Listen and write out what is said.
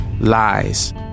lies